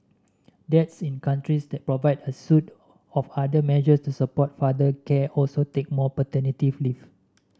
dads in countries that provide a suite of other measures to support father care also take more paternity leave